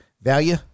Value